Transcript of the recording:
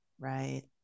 right